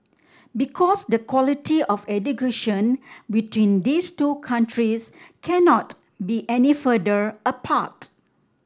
because the quality of education between these two countries cannot be any further apart